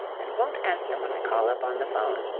and won't answer when i call up on the phone.